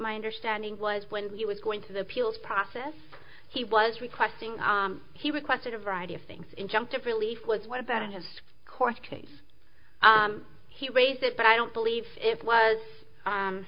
my understanding was when he was going to the appeals process he was requesting he requested a variety of things injunctive relief was what about in his court case he raised it but i don't believe it was